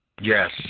Yes